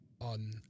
on